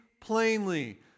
plainly